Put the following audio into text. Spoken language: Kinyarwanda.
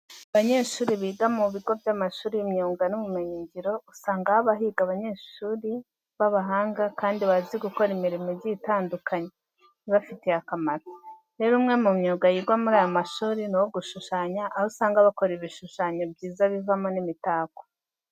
Abanyeshuri biga mu bigo by'amashuri y'imyuga n'ubumenyingiro, usanga haba higa abanyeshuri b'abahanga kandi bazi gukora imirimo igiye itandukanye ibafitiye akamaro. Rero umwe mu myuga yigwa muri aya mashuri ni uwo gushushanya, aho usanga bakora ibishushanyo byiza bivamo n'imitako.